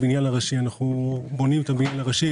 אנו בונים את הבניין הראשי,